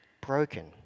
Broken